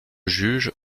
juge